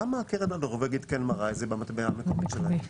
למה הקרן הנורבגית כן מראה את זה במטבע המקומי שלהם?